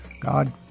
God